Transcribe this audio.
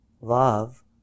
love